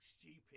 stupid